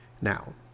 Now